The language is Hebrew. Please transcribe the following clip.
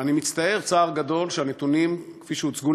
אבל אני מצטער צער גדול על כך שהנתונים שהוצגו